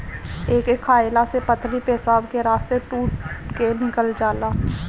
एके खाएला से पथरी पेशाब के रस्ता टूट के निकल जाला